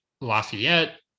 Lafayette